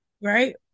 Right